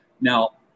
Now